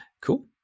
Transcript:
Cool